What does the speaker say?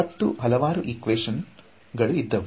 ಹತ್ತು ಹಲವಾರು ಈಕ್ವೇಶನ್ ಗಳು ಇದ್ದವು